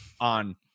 on